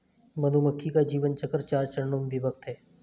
मधुमक्खी का जीवन चक्र चार चरणों में विभक्त है